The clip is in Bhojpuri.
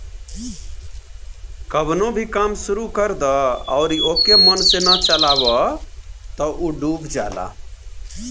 कवनो भी काम शुरू कर दअ अउरी ओके मन से ना चलावअ तअ उ डूब जाला